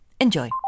Enjoy